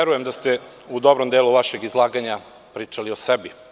Verujem da ste u dobrom delu vašeg izlaganja pričali o sebi.